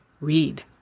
read